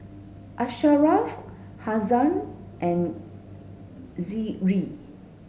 Asharaff Haziq and Zikri